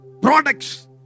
Products